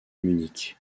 munich